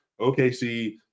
OKC